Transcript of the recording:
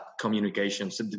communications